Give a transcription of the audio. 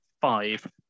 five